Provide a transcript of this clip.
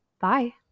Bye